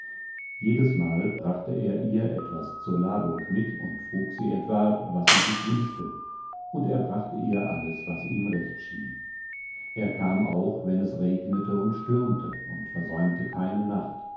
jedesmal brachte er ihr etwas zur labung mit und frug sie etwa was sie sich wünschte und er brachte ihr alles was ihm recht schien er kam auch wenn es regnete und stürmte und versäumte keine nacht